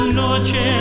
noche